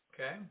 okay